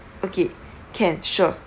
okay can sure